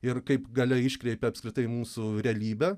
ir kaip galia iškreipia apskritai mūsų realybę